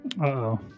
Uh-oh